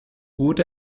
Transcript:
wurde